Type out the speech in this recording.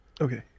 Okay